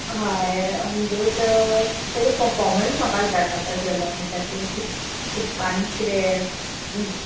हय म्हणटगूत तेजो पर्फोमन्स म्हाका विचारपाचो आसलेलो म्हणल्यार ते शिक शिकपान किदे